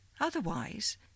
Otherwise